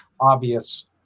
obvious